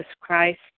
Christ